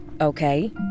Okay